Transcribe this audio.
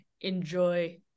enjoy